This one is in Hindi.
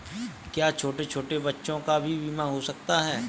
क्या छोटे छोटे बच्चों का भी बीमा हो सकता है?